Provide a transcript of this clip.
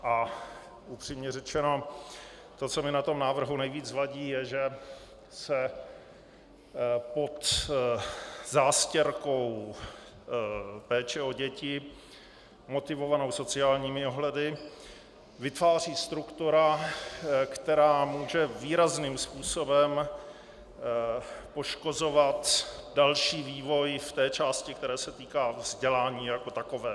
A upřímně řečeno, to, co mi na tom návrhu nejvíc vadí, je, že se pod zástěrkou péče o děti motivovanou sociálními ohledy vytváří struktura, která může výrazným způsobem poškozovat další vývoj v té části, která se týká vzdělání jako takového.